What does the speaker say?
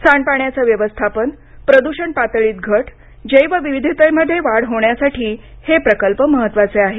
सांडपाण्याचे वव्यस्थापन प्रद्षण पातळीत घट जैवविविधतेमध्ये वाढ होण्यासाठी हे प्रकल्प महत्वाचे आहेत